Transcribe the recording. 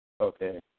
Okay